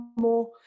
more